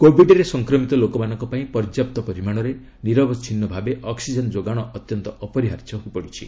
କୋବିଡ୍ରେ ସଂକ୍ରମିତ ଲୋକମାନଙ୍କ ପାଇଁ ପର୍ଯ୍ୟାପ୍ତ ପରିମାଣରେ ନିରବଚ୍ଛିନ୍ନ ଭାବେ ଅକ୍ୱିଜେନ୍ ଯୋଗାଣ ଅତ୍ୟନ୍ତ ଅପରିହାର୍ଯ୍ୟ ହୋଇପଡ଼ିଛି